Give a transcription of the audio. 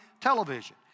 television